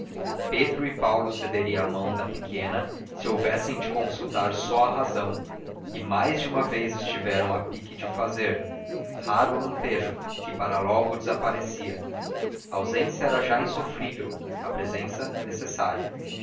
pedro e paulo cederiam a mão da pequena se houvessem de consultar só a razão e mais de uma vez estiveram a pique de o fazer raro lampejo que para logo desaparecia a ausência era já insofrível a presença necessária